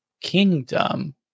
Kingdom